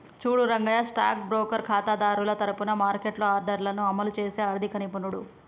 చూడు Rangaiah stock broker ఖాతాదారుల తరఫున మార్కెట్లో ఆర్డర్లను అమలు చేసే ఆర్థిక నిపుణుడు